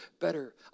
better